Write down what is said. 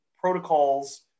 protocols